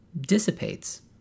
dissipates